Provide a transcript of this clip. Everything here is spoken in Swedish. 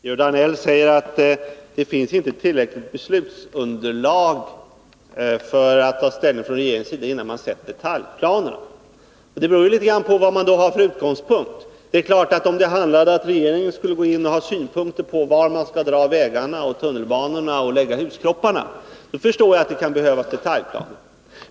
Herr talman! Georg Danell säger att det inte finns tillräckligt beslutsunderlag för att ta ställning från regeringens sida, innan man sett detaljplanerna. Det beror ju litet grand på vad man har haft för utgångspunkt. Om det handlade om att regeringen skulle gå ut och framföra synpunkter på var man skall dra vägarna och tunnelbanorna och lägga huskropparna förstår jag att det kan behövas detaljplaner.